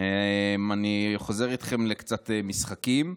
אני חוזר איתכם לקצת משחקים.